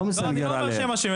אני לא אומר שהם אשמים.